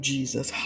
Jesus